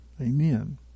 Amen